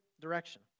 direction